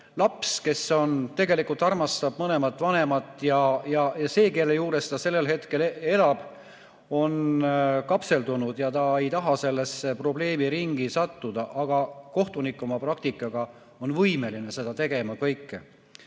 laps, kes tegelikult armastab mõlemat vanemat ja seda, kelle juures ta sellel hetkel elab, on kapseldunud ja ta ei taha sellesse probleemiringi sattuda, aga kohtunik oma praktikaga on võimeline murdma läbi